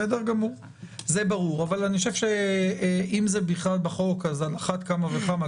אבל אם זה בכלל בחוק אז על אחת כמה וכמה.